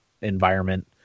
environment